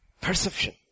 Perception